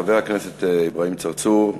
חבר הכנסת אברהים צרצור,